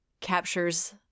captures